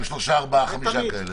תמיד,